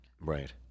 Right